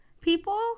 people